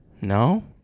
No